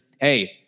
Hey